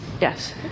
Yes